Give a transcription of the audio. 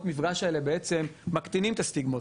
המפגש האלה בעצם מקטינים את הסטיגמות,